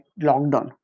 lockdown